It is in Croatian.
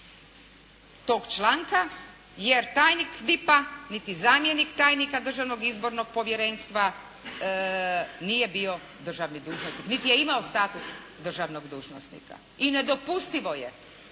tog članka, jer tajnik DIP-a, niti zamjenik tajnika Državnog izbornog povjerenstva nije bio državni dužnosnik niti je imao status državnog dužnosnika. I nedopustivo je